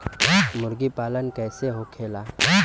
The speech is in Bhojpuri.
मुर्गी पालन कैसे होखेला?